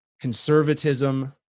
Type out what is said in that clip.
conservatism